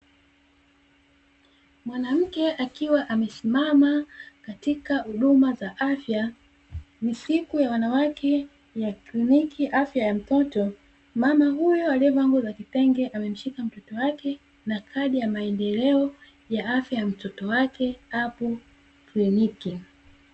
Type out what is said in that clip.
Mwanamke akiwa amesimama katika huduma ya afya, ni siku ya wanawake ya kliniki afya ya mtoto, mama huyo aliyevaa nguo za vitenge amemshika mtoto wake na kadi ya maendeleo ya mtoto wake hapo kliniki.